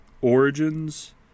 origins